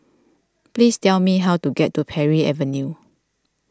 please tell me how to get to Parry Avenue